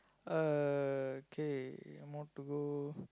uh k one more to go